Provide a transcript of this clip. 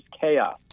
chaos